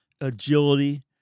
agility